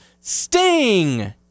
Sting